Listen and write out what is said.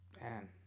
man